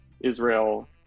israel